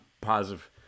positive